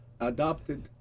adopted